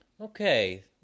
Okay